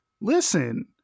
listen